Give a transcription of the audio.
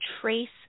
trace